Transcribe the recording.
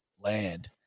land